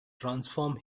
transform